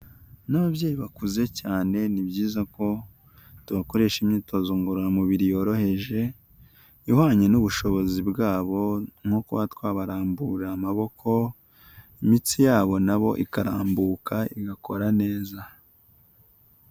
N'ababyeyi bakuze cyane ni byiza ko tubakoresha imyitozo ngororamubiri yoroheje, ihwanye n'ubushobozi bwabo nko kuba twabarambura amaboko imitsi yabo na bo ikarambuka igakora neza.